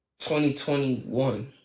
2021